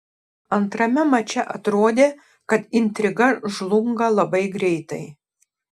antrame mače atrodė kad intriga žlunga labai greitai